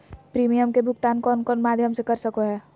Premium के भुक्तान कौन कौन माध्यम से कर सको है?